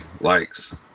likes